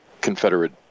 Confederate